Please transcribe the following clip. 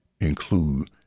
include